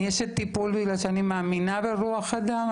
אני אשת טיפול כי אני מאמינה ברוח האדם,